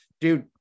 dude